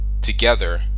together